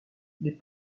les